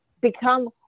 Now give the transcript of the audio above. become